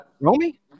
Romy